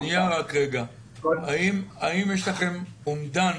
האם יש לכם אומדן